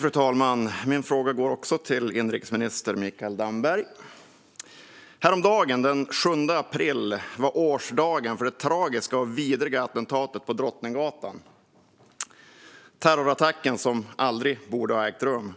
Fru talman! Min fråga går också till inrikesminister Mikael Damberg. Häromdagen, den 7 april, var årsdagen för det tragiska och vidriga attentatet på Drottninggatan. Det var terrorattacken som aldrig borde ha ägt rum.